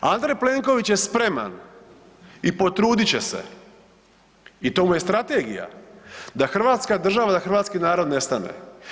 Andrej Plenković je spreman i potrudit će se i to mu je strategija da Hrvatska država, da Hrvatski narod nestane.